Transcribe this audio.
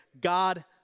God